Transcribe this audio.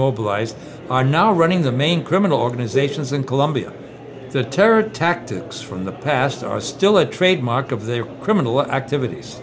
demobilized are now running the main criminal organizations in colombia the terror tactics from the past are still a trademark of their criminal activities